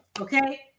Okay